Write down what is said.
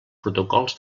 protocols